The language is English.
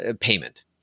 payment